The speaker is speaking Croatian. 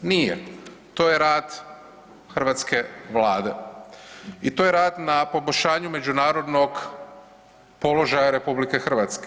Nije, to je rad hrvatske Vlade i to je rad na poboljšanju međunarodnog položaja RH.